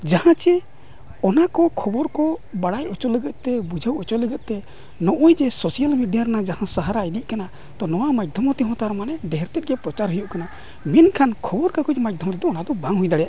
ᱡᱟᱦᱟᱸ ᱪᱮ ᱚᱱᱟ ᱠᱚ ᱠᱷᱚᱵᱚᱨ ᱠᱚ ᱵᱟᱲᱟᱭ ᱚᱪᱚ ᱞᱟᱹᱜᱤᱫᱛᱮ ᱵᱩᱡᱷᱟᱹᱣ ᱦᱚᱪᱚ ᱞᱟᱹᱜᱤᱫᱛᱮ ᱱᱚᱜᱼᱚᱸᱭ ᱡᱮ ᱥᱳᱥᱟᱞ ᱢᱤᱰᱤᱭᱟ ᱨᱮᱱᱟᱜ ᱡᱟᱦᱟᱸ ᱥᱟᱦᱟᱨᱟ ᱤᱫᱤᱜ ᱠᱟᱱᱟ ᱛᱚ ᱱᱚᱣᱟ ᱢᱟᱫᱽᱫᱷᱚᱢ ᱛᱮ ᱦᱚᱸ ᱛᱟᱨ ᱢᱟᱱᱮ ᱰᱷᱮᱹᱨ ᱛᱮᱫ ᱜᱮ ᱯᱨᱚᱪᱟᱨ ᱦᱩᱭᱩᱜ ᱠᱟᱱᱟ ᱢᱮᱱᱠᱷᱟᱱ ᱠᱷᱚᱵᱚᱨ ᱠᱟᱜᱚᱡᱽ ᱢᱟᱫᱽᱫᱷᱚᱢ ᱛᱮᱫᱚ ᱚᱱᱟ ᱫᱚ ᱵᱟᱝ ᱦᱩᱭ ᱫᱟᱲᱮᱭᱟᱜ ᱠᱟᱱᱟ